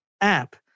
app